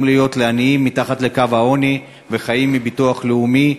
לעניים החיים מתחת לקו העוני וחיים מביטוח לאומי,